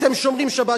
אתם שומרים שבת,